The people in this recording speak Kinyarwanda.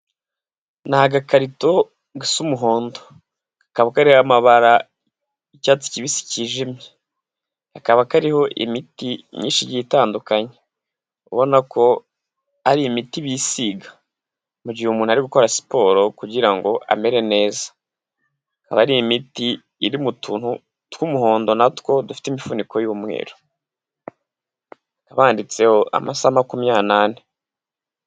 Ni agakarito gasa umuhondo, kakaba kariho amabara y'icyatsi kibisi cyijimye, kakaba kariho imiti myinshi igiye itandukanye, ubona ko ari imiti bisiga mu gihe umuntu ari gukora siporo kugirango amere neza, aba ari imiti iri mu tuntu tw'umuhondo natwo dufite imifuniko y'umweru, haba handitseho amasaha makumyabiri n'ane.